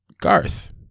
Garth